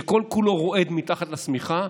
שכל-כולו רועד מתחת לשמיכה,